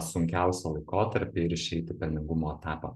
sunkiausią laikotarpį ir išeit į pelningumo etapą